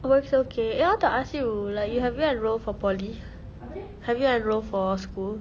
work's okay eh I want to ask you like yo~ have you enroll for poly have you enroll for school